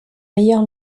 meilleur